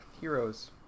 Heroes